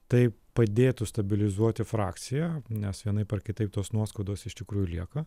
tai padėtų stabilizuoti frakciją nes vienaip ar kitaip tos nuoskaudos iš tikrųjų lieka